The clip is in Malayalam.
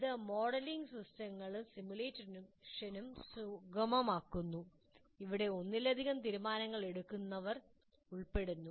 ഇത് മോഡലിംഗ് സിസ്റ്റങ്ങളും സിമുലേറ്റുകളും സുഗമമാക്കുന്നു അവിടെ ഒന്നിലധികം തീരുമാനമെടുക്കുന്നവർ ഉൾപ്പെടുന്നു